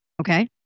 okay